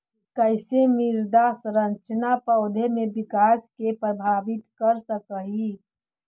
कईसे मृदा संरचना पौधा में विकास के प्रभावित कर सक हई?